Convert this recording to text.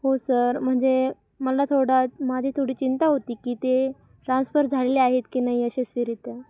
हो सर म्हणजे मला थोडा माझी थोडी चिंता होती की ते ट्रान्सफर झालेले आहेत की नाही यशस्वीरीत्या